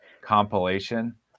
compilation